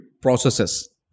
processes